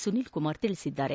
ಸುನೀಲ್ ಕುಮಾರ್ ತಿಳಿಸಿದ್ದಾರೆ